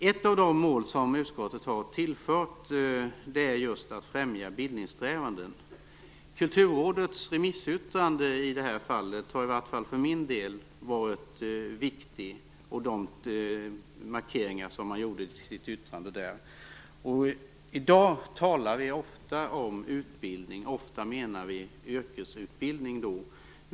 Ett av de mål som utskottet har tillfört är just att främja bildningssträvanden. Kulturrådets remissyttrande i frågan och de markeringar det gjorde i sitt yttrande har i varje fall för min del varit viktigt. I dag talar vi ofta om utbildning, och då menar vi i de flesta fall yrkesutbildning.